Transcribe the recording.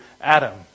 Adam